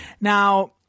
Now